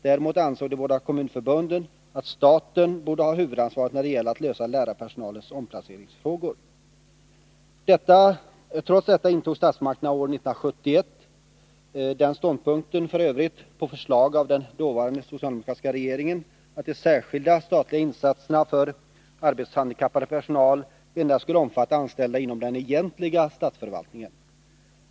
Däremot ansåg de båda kommunförbunden att staten borde ha huvudansvaret när det gäller att lösa lärarpersonalens omplaceringsfrågor. Trots detta intog statsmakterna år 1971 den ståndpunkten, f. ö. på förslag av den dåvarande socialdemokratiska regeringen, att de särskilda, statliga insatserna för arbetshandikappad personal endast skulle omfatta anställda inom den egentliga statsförvaltningen.